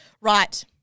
Right